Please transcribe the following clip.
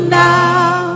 now